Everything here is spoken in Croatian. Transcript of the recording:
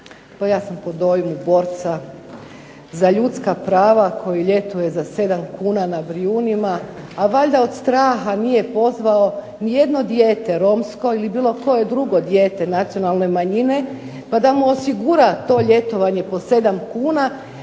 Pa ja sam po dojmu borca za ljudska prava koji ljetuje za 7 kuna na Brijunima, a valjda od straha nije pozvao ni jedno dijete Romsko ili bilo koje drugo dijete nacionalne manjine pa da mu osigura to ljetovanje za 7 kuna,